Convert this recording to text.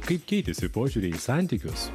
kaip keitėsi požiūriai į santykius